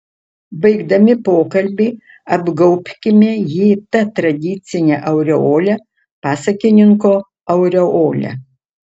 baigdami pokalbį apgaubkime jį ta tradicine aureole pasakininko aureole